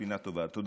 הספינה טובעת.